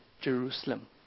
Jerusalem